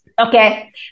Okay